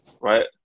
Right